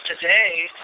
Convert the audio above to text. today